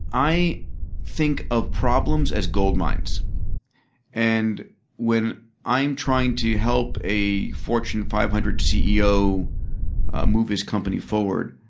i think of problems as gold mines and when i am trying to help a fortune five hundred ceo move his company forward,